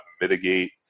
mitigate